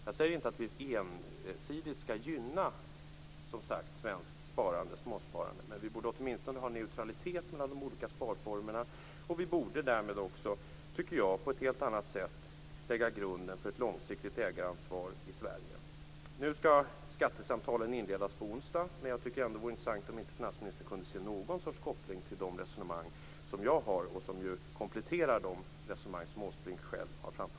Jag säger inte att vi ensidigt skall gynna svenskt småsparande, men vi borde åtminstone ha neutralitet mellan de olika sparformerna. Vi borde därmed också på ett helt annat sätt lägga grunden för ett långsiktigt ägaransvar i Sverige. Nu skall skattesamtalen inledas på onsdagen. Jag tycker att det vore intressant om inte finansministern kunde se någon sorts koppling till de resonemang som jag för och som ju kompletterar de resonemang som Åsbrink själv har framfört.